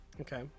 Okay